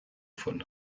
von